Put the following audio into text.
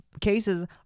cases